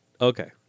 Okay